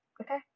Okay